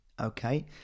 Okay